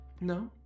No